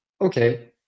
Okay